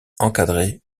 encadrés